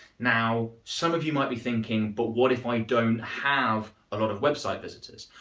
now some of you might be thinking but what if i don't have a lot of website visitors?